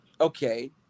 okay